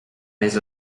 més